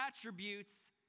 attributes